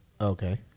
Okay